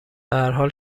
هرحال